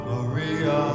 Maria